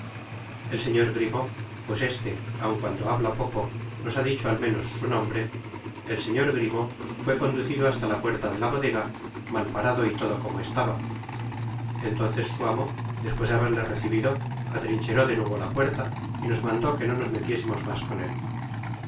el señor grimaud pues este aun cuando habla poco nos ha dicho al menos su nombre el señor grimaud fué conducido hasta la puerta de la bodega malparado y todo como estaba entonces su amo despues de haberle recibido atrincheró de nuevo la puerta y nos mandó que no nos metiésemos mas con él